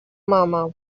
mama